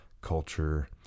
culture